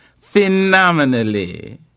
Phenomenally